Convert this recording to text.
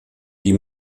die